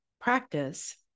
practice